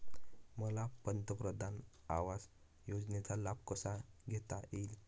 मला पंतप्रधान आवास योजनेचा लाभ कसा घेता येईल?